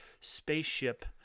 spaceship